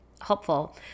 helpful